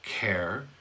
care